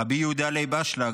רבי יהודה לייב אשלג,